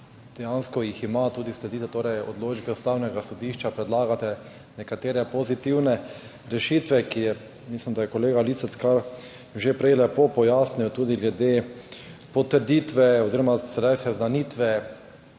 Dejansko jih ima. Tudi sledite torej odločbi Ustavnega sodišča, predlagate nekatere pozitivne rešitve. Mislim, da je kolega Lisec že prej kar lepo pojasnil tudi glede potrditve oziroma sedaj seznanitve